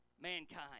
mankind